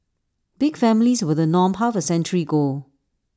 big families were the norm half A century ago